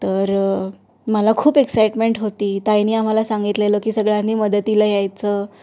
तर मला खूप एक्साइटमेंट होती ताईंनी आम्हाला सांगितलेलं की सगळ्यांनी मदतीला यायचं